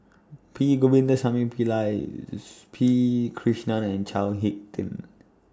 P Govindasamy Pillai P Krishnan and Chao Hick Tin